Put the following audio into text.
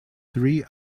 three